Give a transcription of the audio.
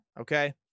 okay